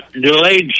delayed